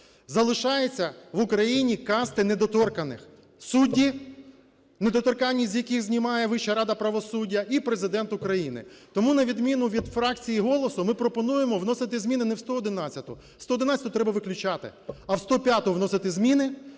Залишаються в Україні касти недоторканних – судді, недоторканність з яких знімає Вища рада правосуддя, і Президент України. Тому на відміну від фракції "Голос" ми пропонуємо вносити зміни не в 111-у. 111-у треба виключати, а в 105-у вносити зміни